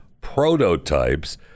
prototypes